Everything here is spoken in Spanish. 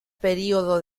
periodo